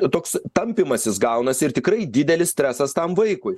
toks tampymasis gaunasi ir tikrai didelis stresas tam vaikui